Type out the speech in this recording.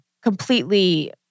completely